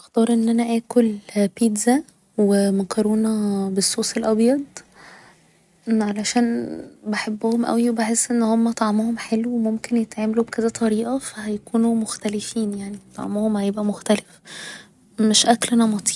هختار ان أنا اكل بيتزا و مكرونة بالصوص الأبيض علشان بحبهم اوي و بحس ان هما طعمهم حلو و ممكن يتعملوا بكذا طريقة ف هيكونوا مختلفين يعني طعمهم هيبقى مختلف مش اكل نمطي